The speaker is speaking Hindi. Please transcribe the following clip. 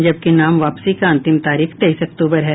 जबकि नाम वापसी का अंतिम तारीख तेईस अक्टूबर है